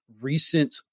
recent